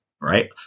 right